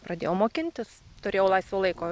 pradėjau mokintis turėjau laisvo laiko